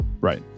Right